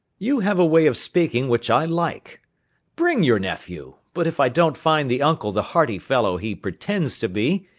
you have a way of speaking which i like bring your nephew, but if i don't find the uncle the hearty fellow he pretends to be,